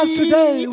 today